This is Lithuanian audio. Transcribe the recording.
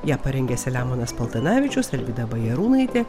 ją parengė selemonas paltanavičius alvyda bajarūnaitė